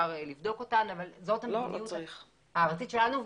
אפשר לבדוק אותן אבל זאת המדיניות הארצית שלנו.